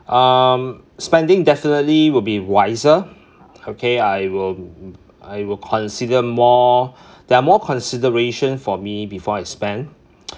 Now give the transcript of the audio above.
um spending definitely will be wiser okay I will I will consider more there are more consideration for me before I spend